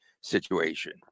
situation